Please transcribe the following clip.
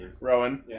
Rowan